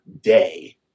day